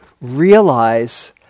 realize